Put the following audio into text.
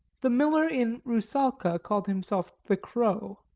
the miller in rusalka called himself the crow,